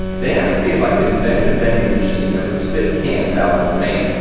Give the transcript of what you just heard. they asked me if i could invent a vending machine that would spit cans out on demand.